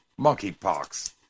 monkeypox